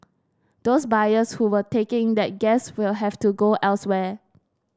those buyers who were taking that gas will have to go elsewhere